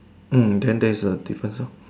mm then there's a difference loh